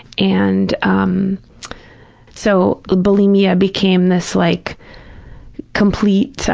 and um so, ah bulimia became this like complete,